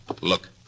Look